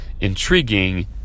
intriguing